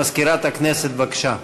מזכירת הכנסת, בבקשה.